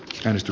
risto